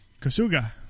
Kasuga